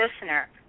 listener